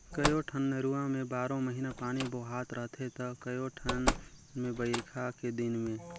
कयोठन नरूवा में बारो महिना पानी बोहात रहथे त कयोठन मे बइरखा के दिन में